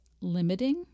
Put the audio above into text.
limiting